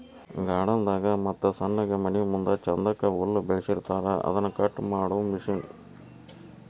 garden ದಾಗ ಮತ್ತ ಸಣ್ಣಗೆ ಮನಿಮುಂದ ಚಂದಕ್ಕ ಹುಲ್ಲ ಬೆಳಸಿರತಾರ ಅದನ್ನ ಕಟ್ ಮಾಡು ಮಿಷನ್